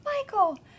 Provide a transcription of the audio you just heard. Michael